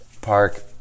park